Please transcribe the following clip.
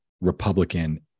Republican